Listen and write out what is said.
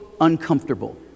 uncomfortable